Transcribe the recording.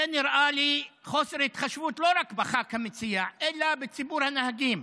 זה נראה לי חוסר התחשבות לא רק בחבר הכנסת המציע אלא בציבור הנהגים.